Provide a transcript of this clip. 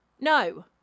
No